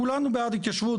כולנו בעד התיישבות.